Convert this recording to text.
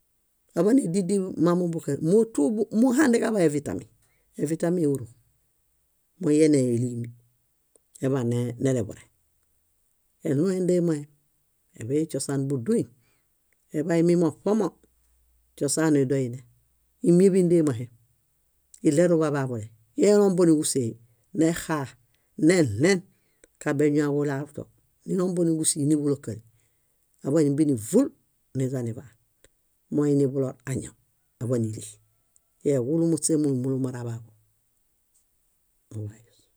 Áḃanididiḃ mmamo bókaree móotu muhandeġaḃay evitami, evitamie éuro. Móyenelimi, aḃã neleḃureŋ. Eɭũu éndeemaem, éḃei śosaan búduy, eḃay mimo ṗomo, śosaanui dóo eini. Ímieḃindeemahem, ileruḃaḃaḃule, elombo níġusei, nexaa, neɭen, kabeñua ġuraluto, nelombo níġusi, níḃulokai aḃã némbenivul niźaniḃaan. Moiniḃulor añaw, aḃã níli. Eġulu muśe múlu múlu moraḃaḃu, muḃayus.